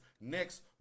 next